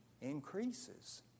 increases